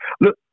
Look